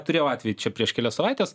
turėjau atvejį čia prieš kelias savaites